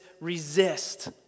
resist